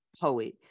poet